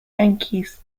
yankees